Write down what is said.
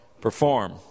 perform